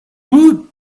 woot